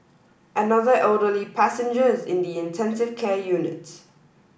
another elderly passenger is in the intensive care unit